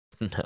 No